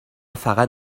فقط